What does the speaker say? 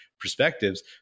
perspectives